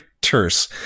terse